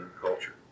culture